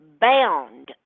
bound